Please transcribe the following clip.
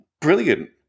brilliant